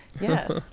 Yes